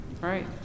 Right